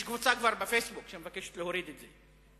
יש קבוצה כבר ב"פייסבוק" שמבקשת להוריד את זה.